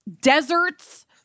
deserts